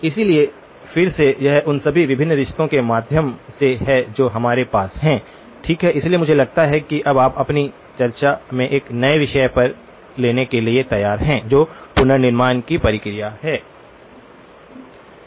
इसलिए फिर से यह उन सभी विभिन्न रिश्तों के माध्यम से है जो हमारे पास हैं ठीक है इसलिए मुझे लगता है कि अब हम अपनी चर्चा में एक नए विषय पर लेने के लिए तैयार हैं जो पुनर्निर्माण की प्रक्रिया है